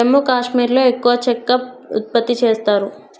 జమ్మూ కాశ్మీర్లో ఎక్కువ చెక్క ఉత్పత్తి చేస్తారు